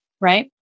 Right